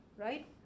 right